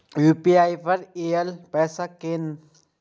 UPI पर आएल पैसा कै कैन?